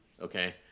Okay